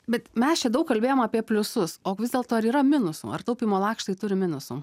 bet mes čia daug kalbėjom apie pliusus o vis dėlto ar yra minusų ar taupymo lakštai turi minusų